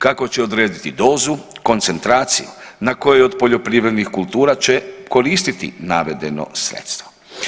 Kako će odrediti dozu, koncentraciju, na kojoj od poljoprivrednih kultura će koristiti navedeno sredstvo?